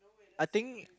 I think